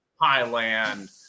Highland